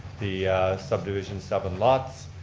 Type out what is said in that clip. the subdivision seven lots.